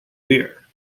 beer